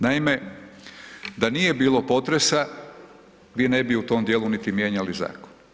Naime, da nije bilo potresa mi ne bi u tom dijelu niti mijenjali zakon.